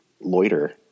loiter